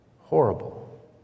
horrible